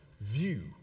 view